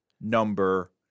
number